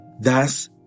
Thus